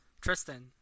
Tristan